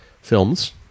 films